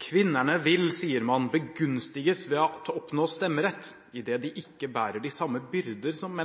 Kvinderne vil, siger man, begunstiges ved at opnaa stemmeret, idet de ikke bærer de samme byrder som